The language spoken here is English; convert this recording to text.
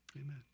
Amen